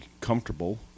comfortable